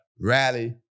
rally